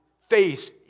face